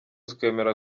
twemera